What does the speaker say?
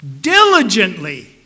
Diligently